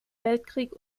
weltkrieg